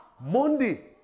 Monday